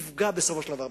יפגע בסופו של דבר במדינה.